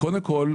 קודם כל,